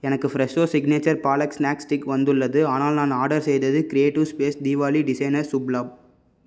எனக்கு Fresho signature palak snack sticks வந்துள்ளது ஆனால் நான் ஆர்டர் செய்தது creative space Deepavali designer Shubh லாப்